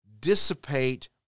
dissipate